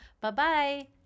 Bye-bye